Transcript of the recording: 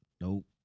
nope